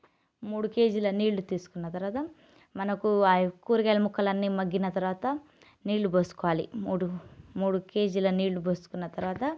మూడు కేజీల నీళ్లు తీసుకున్న తర్వాత మనకు కూరగాయల ముక్కలన్నీ మగ్గిన తర్వాత నీళ్లు పోసుకోవాలి మూడు మూడు కేజీల నీళ్లు పోసుకున్న తర్వాత